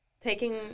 taking